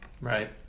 Right